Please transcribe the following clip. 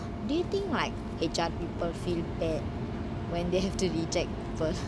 do you think like H_R people feel bad when they have to reject people